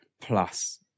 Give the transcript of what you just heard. plus